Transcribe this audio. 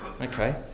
Okay